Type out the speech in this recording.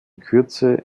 kürze